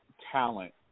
talent